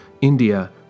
India